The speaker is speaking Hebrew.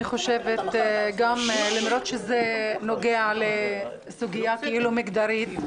למרות שזה נוגע לסוגיה כאילו מגדרית,